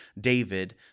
David